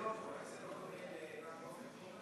זה לא דומה למלכ"ר?